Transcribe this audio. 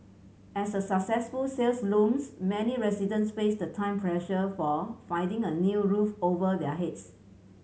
as a successful sales looms many residents face the time pressure for finding a new roof over their heads